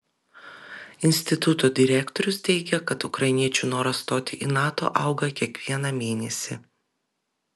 instituto direktorius teigia kad ukrainiečių noras stoti į nato auga kiekvieną mėnesį